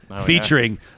featuring